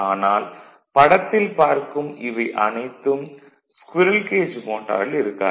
ஆனால் படத்தில் பார்க்கும் இவை அனைத்தும் ஸ்குரீல் கேஜ் மோட்டாரில் இருக்காது